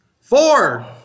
Four